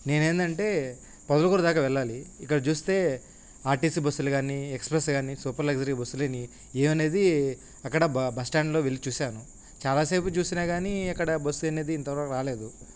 నేనేందంటే పొదలుకూరు దాకా వెళ్ళాలి ఇక్కడ చూస్తే ఆర్ టీ సీ బస్సులు కానీ ఎక్స్ప్రెస్ కానీ సూపర్ లగ్జరీ బస్సులని ఏవనేది అక్కడ బ బస్టాండ్లో వెళ్ళి చూశాను చాలా సేపు చూసినా కానీ అక్కడ బస్ అనేది ఇంతవరకూ రాలేదు